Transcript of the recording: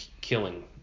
killing –